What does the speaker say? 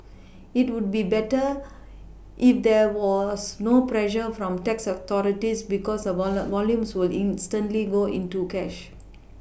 it would be better if there was no pressure from tax authorities because a volumes will instantly go into cash